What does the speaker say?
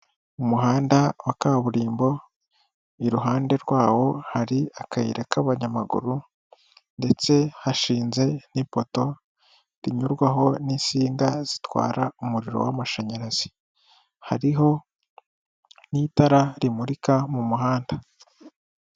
Umuhanda wa kaburimbo, iruhande rwawo hari akayira k'abanyamaguru ndetse hashinze n'ipoto rinyurwaho n'insinga zitwara umuriro w'amashanyarazi, hariho n'itara rimurika mu muhanda.